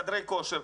חדרי כושר.